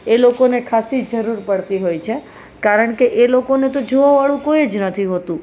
એ લોકોને ખાસી જરૂર પડતી હોય છે કારણ કે એ લોકોને તો જોવાવાળું કોઈ જ નથી હોતું